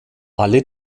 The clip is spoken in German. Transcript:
alle